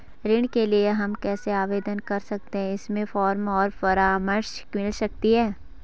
ऋण के लिए हम कैसे आवेदन कर सकते हैं इसके फॉर्म और परामर्श मिल सकती है?